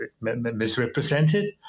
misrepresented